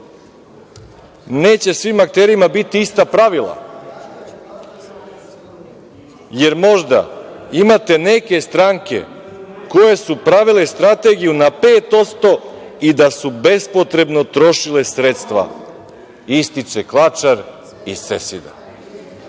neće svim akterima biti ista pravila jer možda imate neke stranke koje su pravile strategiju na 5% i da su bespotrebno trošile sredstva, ističe Klačar iz